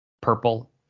purple